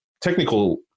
technical